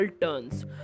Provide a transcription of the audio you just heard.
turns